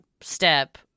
step